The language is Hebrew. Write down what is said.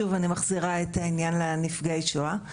שוב, אני מחזירה את העניין לנפגעי השואה.